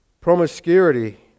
promiscuity